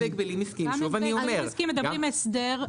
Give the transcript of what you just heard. גם בהגבלים עסקיים -- גם בהגבלים עסקיים מדברים על הסדר,